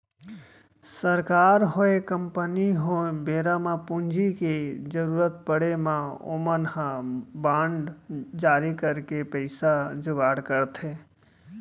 सरकार होय, कंपनी होय बेरा म पूंजी के जरुरत पड़े म ओमन ह बांड जारी करके पइसा जुगाड़ करथे